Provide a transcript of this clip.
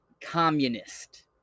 communist